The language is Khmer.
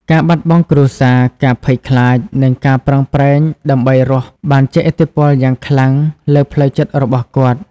ការបាត់បង់គ្រួសារ ការភ័យខ្លាច និងការប្រឹងប្រែងដើម្បីរស់បានជះឥទ្ធិពលយ៉ាងខ្លាំងលើផ្លូវចិត្តរបស់គាត់។